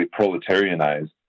proletarianized